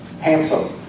handsome